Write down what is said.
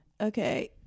Okay